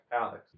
Alex